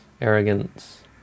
arrogance